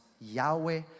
Yahweh